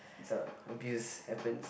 so abuse happens